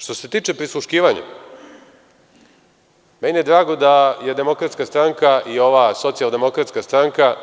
Što se tiče prisluškivanja, meni je drago da je Demokratska stranka i ova Socijaldemokratska stranka,